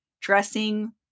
dressing